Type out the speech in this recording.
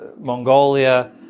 Mongolia